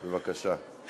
בבקשה.